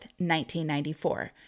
1994